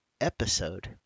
episode